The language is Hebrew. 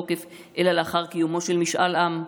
אלא לאחר קיומו של משאל עם.